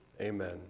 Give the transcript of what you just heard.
Amen